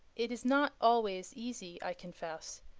it is not always easy, i confess,